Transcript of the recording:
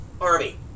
army